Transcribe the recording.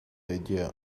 idea